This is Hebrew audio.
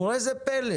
וראה זה פלא,